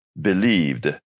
believed